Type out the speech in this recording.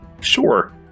Sure